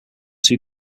too